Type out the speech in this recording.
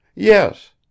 yes